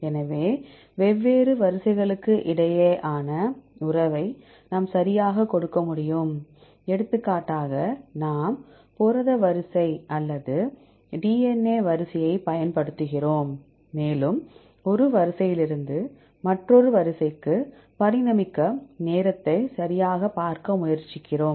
எனவே வெவ்வேறு வரிசைகளுக்கிடையேயான உறவை நாம் சரியாகக் கொடுக்க முடியும் எடுத்துக்காட்டாக நாம் புரத வரிசை அல்லது DNA வரிசையைப் பயன்படுத்துகிறோம் மேலும் ஒரு வரிசையிலிருந்து மற்றொரு வரிசைக்கு பரிணமிக்க நேரத்தை சரியாகப் பார்க்க முயற்சிக்கிறோம்